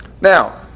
Now